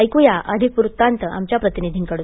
ऐकूयात अधिक वृत्तांत आमच्या प्रतिनिधीकडून